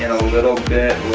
a little bit